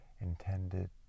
intended